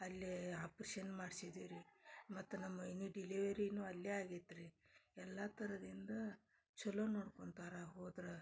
ಅಲ್ಲಿ ಆಪ್ರೇಷನ್ ಮಾಡ್ಸಿದ್ದೀವಿ ರೀ ಮತ್ತು ನಮ್ಮ ಇನಿ ಡಿಲೆವರಿನೂ ಅಲ್ಲೇ ಆಗೈತ್ರೀ ಎಲ್ಲ ಥರದಿಂದ ಛಲೋ ನೋಡ್ಕೊತಾರ ಹೋದ್ರ